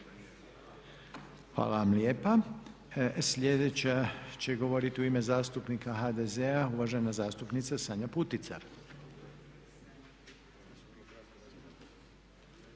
Hvala vam lijepa. Sljedeća će govoriti u ime zastupnika HDZ-a uvažena zastupnica Sanja Putica.